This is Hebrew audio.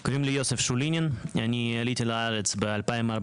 אני עליתי לארץ ב-2014,